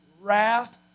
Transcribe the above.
wrath